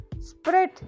Spread